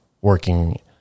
working